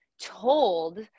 told